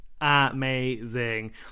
amazing